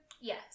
Yes